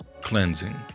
cleansing